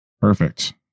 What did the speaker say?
Perfect